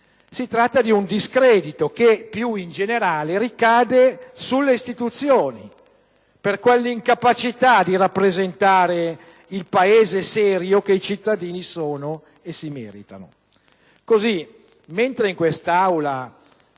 Si tratta di un discredito che, più in generale, ricade sulle istituzioni per quell'incapacità di rappresentare il Paese serio che i cittadini si meritano.